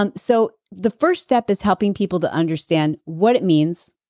um so the first step is helping people to understand what it means,